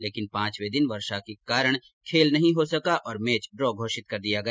लेकिन पांचवे दिन वर्षा के कारण खेल नहीं हो सका और मैच डॉ घोषित कर दिया गया